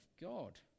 God